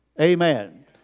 Amen